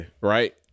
Right